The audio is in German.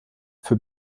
für